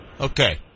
Okay